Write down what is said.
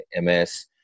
MS